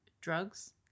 drugs